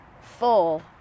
full